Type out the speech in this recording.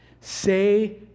Say